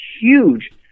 huge